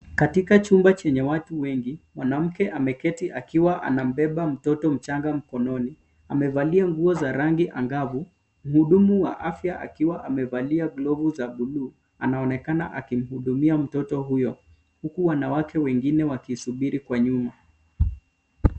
Katika chumba chenye watu wengi, mwanamke ameketi akiwa anabeba mtoto mchanga mkononi. Amevalia nguo za rangi angavu. Mhudumu wa afya akiwa amevalia glovu za bluu anaonekana akimhudumia mtoto huyo huku wanawake wengine wakisubiri kwa nyuma.